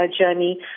journey